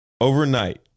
overnight